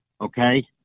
Okay